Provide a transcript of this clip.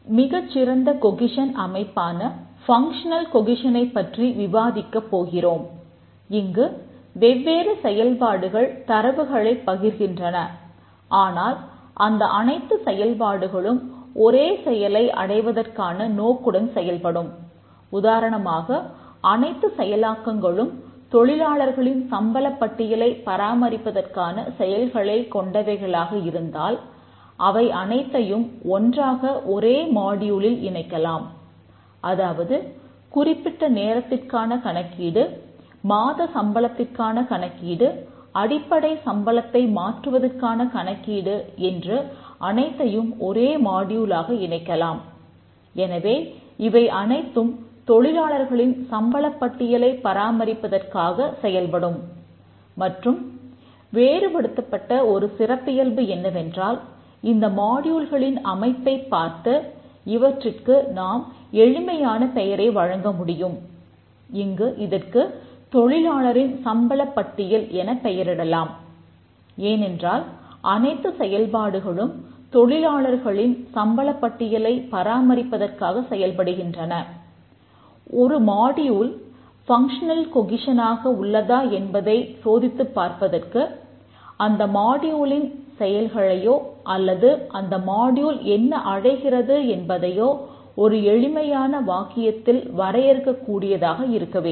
மிகச் சிறந்த கொகிசன் என்ன அடைகிறது என்பதையோ ஒரு எளிமையான வாக்கியத்தில் வரையறுக்கக் கூடியதாக இருக்கவேண்டும்